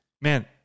Man